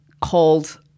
called